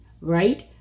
right